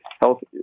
health